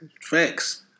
Facts